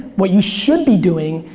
what you should be doing,